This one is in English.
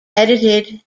edited